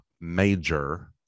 major